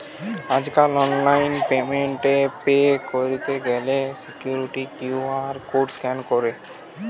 আজকাল online payment এ pay কইরতে গ্যালে সিকুইরিটি কিউ.আর কোড স্ক্যান কইরে